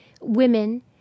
women